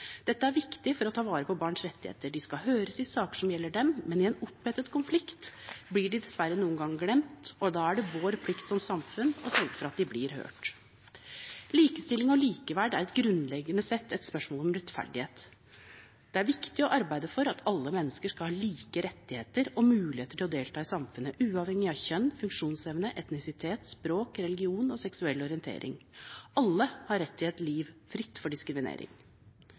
Dette er viktig for å ta vare på barns rettigheter. De skal høres i saker som gjelder dem, men i en opphetet konflikt blir de dessverre noen ganger glemt, og da er det vår plikt som samfunn og sørge for at de blir hørt. Likestilling og likeverd er grunnleggende sett et spørsmål om rettferdighet. Det er viktig å arbeide for at alle mennesker skal ha like rettigheter og muligheter til å delta i samfunnet, uavhengig av kjønn, funksjonsevne, etnisitet, språk, religion og seksuell orientering. Alle har rett til et liv fritt for diskriminering.